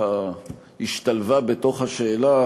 שככה השתלבה בתוך השאלה,